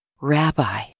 Rabbi